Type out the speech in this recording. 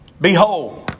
Behold